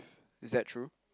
is that true